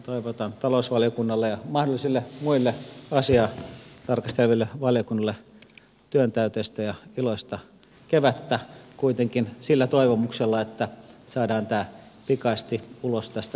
toivotan talousvaliokunnalle ja mahdollisille muille asiaa tarkasteleville valiokunnille työntäyteistä ja iloista kevättä kuitenkin sillä toivomuksella että saadaan tämä pikaisesti ulos tästä talosta